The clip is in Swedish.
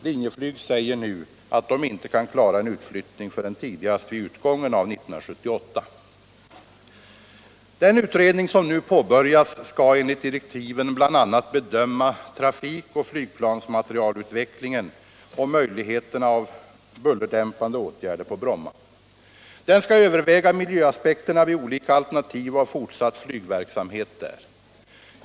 Linjeflyg säger nu att man inte kan klara en utflyttning förrän tidigast vid utgången av 1978. Den utredning som nu påbörjas skall, enligt direktiven, bl.a. bedöma trafik och flygplansmaterielutvecklingen och möjligheterna till bullerdämpande åtgärder på Bromma. Den skall överväga miljöaspekterna vid olika alternativ av fortsatt flygverksamhet där.